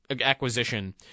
acquisition